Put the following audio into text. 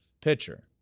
pitcher